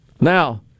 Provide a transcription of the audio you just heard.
Now